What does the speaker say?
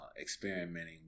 experimenting